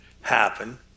happen